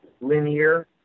linear